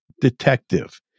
detective